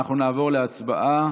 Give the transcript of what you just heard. אנחנו נעבור להצבעה.